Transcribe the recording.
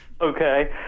Okay